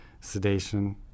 sedation